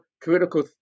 critical